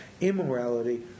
immorality